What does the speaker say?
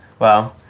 well,